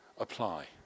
Apply